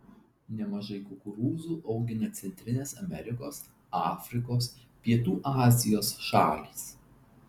nemažai kukurūzų augina centrinės amerikos afrikos pietų azijos šalys